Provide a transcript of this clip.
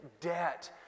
debt